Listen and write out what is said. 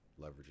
leveraging